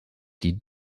die